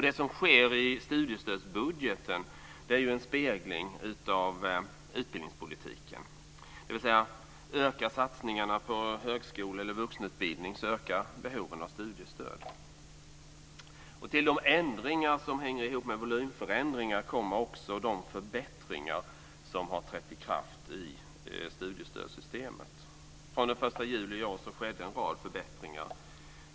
Det som sker i studiestödsbudgeten är en spegling av utbildningspolitiken: Ökar satsningarna på högskole eller vuxenutbildning ökar också behovet av studiestöd. Till de ändringar som hänger ihop med volymförändringar kommer också de förbättringar som har trätt i kraft i studiestödssystemet. Den 1 juli i år skedde en rad förbättringar.